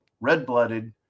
red-blooded